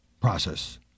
process